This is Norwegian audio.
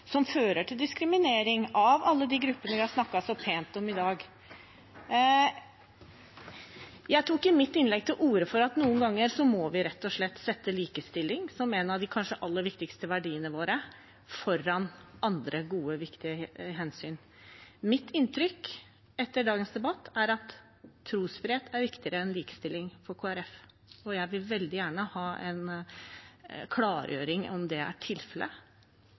som fører til diskriminering av alle de gruppene som vi har snakket så pent om i dag. Jeg tok i mitt innlegg til orde for at noen ganger må vi rett og slett sette likestilling, som kanskje en av de aller viktigste verdiene våre, foran andre gode, viktige hensyn. Mitt inntrykk etter dagens debatt er at trosfrihet er viktigere enn likestilling for Kristelig Folkeparti, og jeg vil veldig gjerne ha en klargjøring av om det er tilfellet.